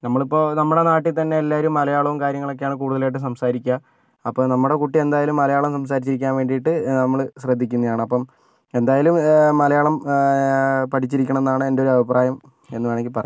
നമ്മളിപ്പോൾ നമ്മളുടെ നാട്ടിൽ തന്നെ എല്ലാവരും മലയാളും കാര്യങ്ങളൊക്കെയാണ് കൂടുതലായിട്ടും സംസാരിക്കുക അപ്പോൾ നമ്മളുടെ കുട്ടി എന്തായാലും മലയാളം സംസാരിച്ചിരിക്കാൻ വേണ്ടിയിട്ട് നമ്മൾ ശ്രദ്ധിക്കുന്നേണ് അപ്പം എന്തായാലും മലയാളം പഠിച്ചിരിക്കണം എന്നാണ് എൻ്റെ ഒരു അഭിപ്രായം എന്ന് വേണമെങ്കിൽ പറയാം